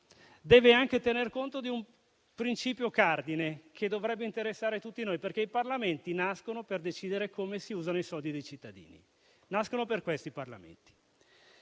deve anche tener conto di un principio cardine, che dovrebbe interessare tutti noi, perché i Parlamenti nascono per decidere come si usano i soldi dei cittadini (nascono per questo, i Parlamenti).